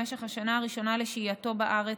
נכות במשך השנה הראשונה לשהייתו בארץ,